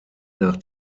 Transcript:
nach